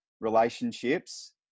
relationships